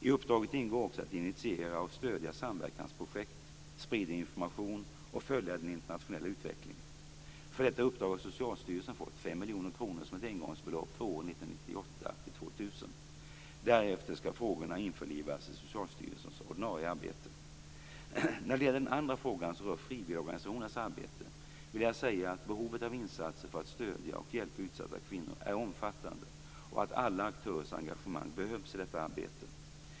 I uppdraget ingår också att initiera och stödja samverkansprojekt, sprida information och följa den internationella utvecklingen. För detta uppdrag har Socialstyrelsen fått 5 miljoner kronor som ett engångsbelopp för åren 1998-2000. Därefter skall frågorna införlivas i Socialstyrelsens ordinarie arbete. När det gäller den andra frågan, som rör frivilligorganisationernas arbete, vill jag säga att behovet av insatser för att stödja och hjälpa utsatta kvinnor är omfattande och att alla aktörers engagemang behövs i detta arbete.